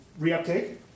reuptake